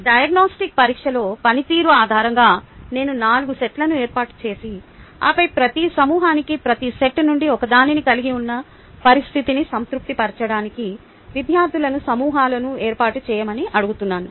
diagnostic పరీక్షలో పనితీరు ఆధారంగా నేను 4 సెట్లను ఏర్పాటు చేసి ఆపై ప్రతి సమూహానికి ప్రతి సెట్ నుండి ఒకదానిని కలిగి ఉన్న పరిస్థితిని సంతృప్తి పరచడానికి విద్యార్థులను సమూహాలను ఏర్పాటు చేయమని అడుగుతున్నాను